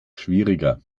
schwieriger